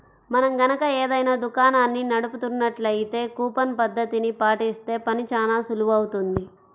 మనం గనక ఏదైనా దుకాణాన్ని నడుపుతున్నట్లయితే కూపన్ పద్ధతిని పాటిస్తే పని చానా సులువవుతుంది